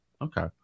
Okay